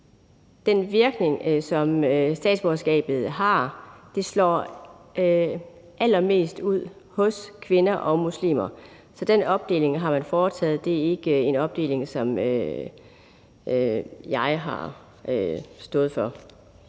den virkning, som statsborgerskabet har, slår allermest ud hos kvinder og muslimer. Så den opdeling har man foretaget. Det er ikke en opdeling, som jeg har stået for.